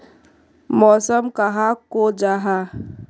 मौसम कहाक को जाहा?